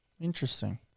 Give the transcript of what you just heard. Interesting